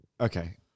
Okay